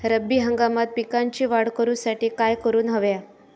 रब्बी हंगामात पिकांची वाढ करूसाठी काय करून हव्या?